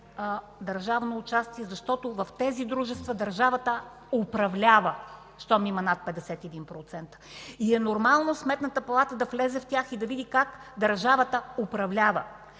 държавно участие”, защото в тези дружества държавата управлява – щом има над 51 процента. Нормално е Сметната палата да влезе в тях и да види как държавата управлява.